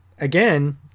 again